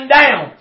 down